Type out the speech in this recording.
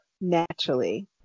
naturally